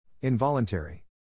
Involuntary